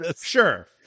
sure